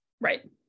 Right